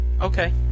Okay